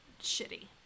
shitty